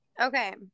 Okay